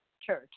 church